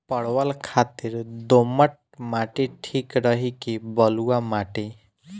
परवल खातिर दोमट माटी ठीक रही कि बलुआ माटी?